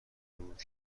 بود